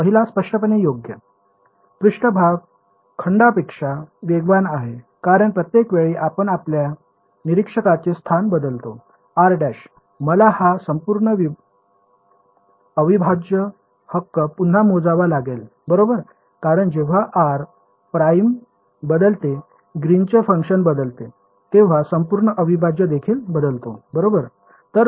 पहिला स्पष्टपणे योग्य पृष्ठभाग खंडापेक्षा वेगवान आहे कारण प्रत्येक वेळी आपण आपल्या निरीक्षकाचे स्थान बदलता r' मला हा संपूर्ण अविभाज्य हक्क पुन्हा मोजावा लागेल बरोबर कारण जेव्हा r प्राईम बदलते ग्रीनचे फंक्शन बदलते तेव्हा संपूर्ण अविभाज्य देखील बदलतो बरोबर